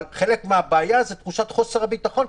אבל חלק מהבעיה זה תחושת חוסר הביטחון,